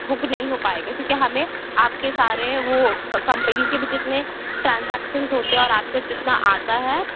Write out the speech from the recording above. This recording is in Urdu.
بک نہیں ہو پائے گا کیونکہ ہمیں آپ کے سارے وہ کا کمپنی کے بھی جتنے ٹرانزیکشنس ہوتے ہیں اور آپ کو جتنا آتا ہے